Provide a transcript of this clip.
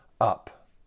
up